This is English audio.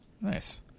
nice